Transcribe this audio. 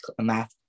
math